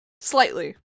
Slightly